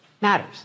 matters